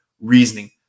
reasoning